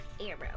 arrow